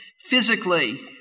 physically